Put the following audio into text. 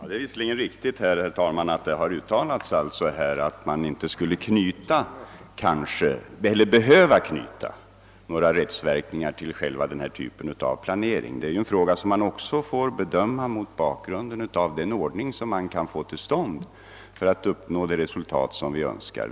Herr talman! Det är riktigt att det uttalats att man kanske inte skulle behöva knyta några detaljerade rättsverkningar till denna typ av planering. Det är en fråga som man också får bedöma mot bakgrunden av den ordning som man kan få till stånd för att uppnå det resultat som vi önskar.